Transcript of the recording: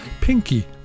Pinky